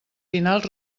finals